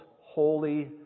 holy